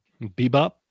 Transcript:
Bebop